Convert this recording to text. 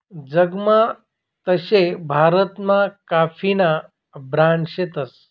जगमा तशे भारतमा काफीना ब्रांड शेतस